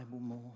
more